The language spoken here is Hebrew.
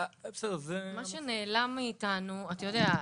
מה שנעלם מאתנו אתה יודע,